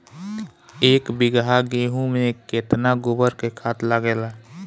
एक बीगहा गेहूं में केतना गोबर के खाद लागेला?